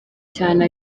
cyane